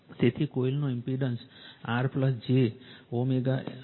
તેથી કોઇલનો impedance R j Lω છે